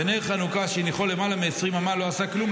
ונר חנוכה שהניחו למעלה מעשרים אמה לא עשה כלום,